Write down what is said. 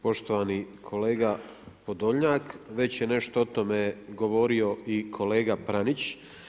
Poštovani kolega Podolnjak, već je nešto o tome govorio i kolega Pranić.